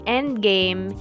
Endgame